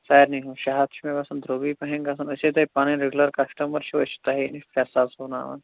سارِنٕے ہِنٛدۍ شےٚ ہتھ چھُ مےٚ باسان درٛۅگُے پہم گژھان أسۍ ہے تۅہہِ پَنٕنۍ ریٚگوٗلر کسٹٕمر چھِو أسۍ چھِ تۅہِی نِش پرٛتھ ساتہٕ سُوٕناوان